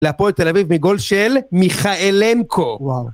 להפועל תל אביב מגול של מיכאלנקו.